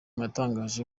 yatangaje